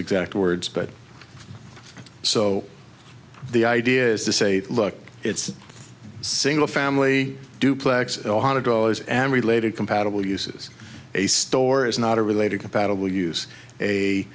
exact words but so the idea is to say look it's a single family duplex ohana dollars and related compatible uses a store is not a related compatible use a